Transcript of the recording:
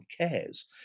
cares